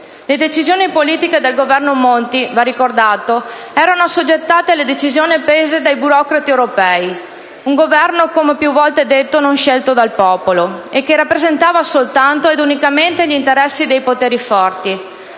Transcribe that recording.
le decisioni politiche del Governo Monti - va ricordato - erano assoggettate alle decisioni prese dai burocrati europei. Era un Governo - come più volte detto - non scelto dal popolo e che rappresentava soltanto ed unicamente gli interessi dei poteri forti;